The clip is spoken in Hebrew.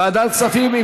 ועדת הכספים.